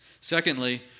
Secondly